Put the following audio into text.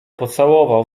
pocałował